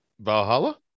Valhalla